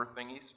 thingies